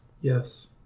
Yes